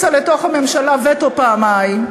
והכניסה לתוך הממשלה וטו פעמיים: